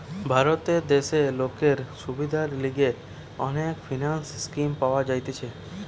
ভারত দেশে লোকের সুবিধার লিগে অনেক ফিন্যান্স স্কিম পাওয়া যাইতেছে